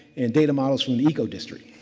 and data models from an eco district.